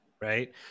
Right